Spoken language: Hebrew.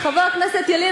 חבר הכנסת ילין,